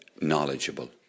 knowledgeable